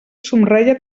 somreia